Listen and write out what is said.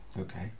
Okay